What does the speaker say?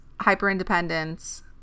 hyper-independence